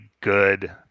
good